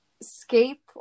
escape